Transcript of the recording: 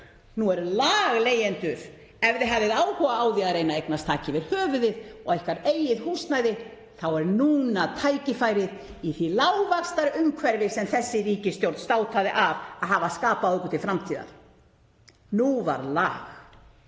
Nú er lag, leigjendur. Ef þið hafið áhuga á því að reyna að eignast þak yfir höfuðið og ykkar eigið húsnæði þá er núna tækifæri í því lágvaxtaumhverfi sem þessi ríkisstjórn státaði af að hafa skapað okkur til framtíðar. Nú var lag.